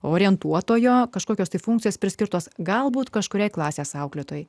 orientuotojo kažkokios funkcijos priskirtos galbūt kažkurie klasės auklėtojai